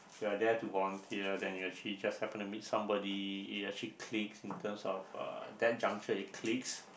you are there to volunteer then you actually just happen to meet somebody it actually clicks in terms of uh that juncture it clicks